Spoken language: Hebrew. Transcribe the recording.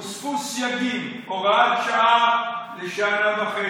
הוספו סייגים: הוראת שעה לשנה וחצי,